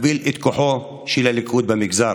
ולהכפיל את כוחו של הליכוד במגזר.